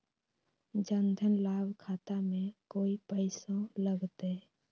जन धन लाभ खाता में कोइ पैसों लगते?